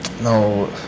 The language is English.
No